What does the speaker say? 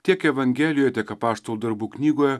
tiek evangelijoje tiek apaštalų darbų knygoje